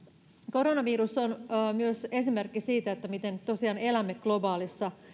koronavirus on myös esimerkki siitä miten tosiaan elämme globaalissa